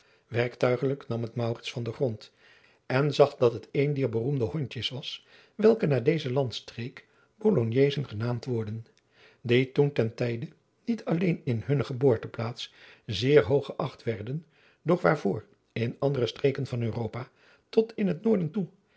werktuigelijk nam het maurits van den grond en zag dat het een dier beroemde hondjes was welke naar deze landstreek bolognezen genaamd worden die toen ten tijde niet alleen in hunne geboorteplaats zeer hoog geacht werden doch waarvoor in andere streken van europa tot in het noorden toe